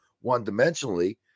one-dimensionally